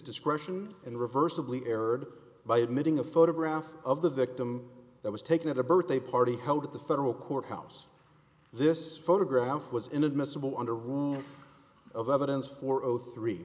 discretion and reversed of lee erred by admitting a photograph of the victim that was taken at a birthday party held at the federal courthouse this photograph was inadmissible under rules of evidence for oaths three